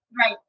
Right